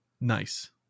Nice